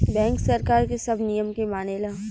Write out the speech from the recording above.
bank सरकार के सब नियम के मानेला